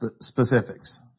specifics